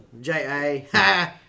J-A